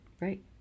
right